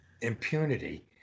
impunity